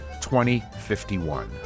2051